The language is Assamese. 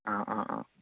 অঁ অঁ অঁ